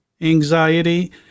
anxiety